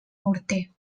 morter